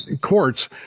courts